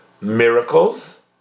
miracles